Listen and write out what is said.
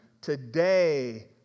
Today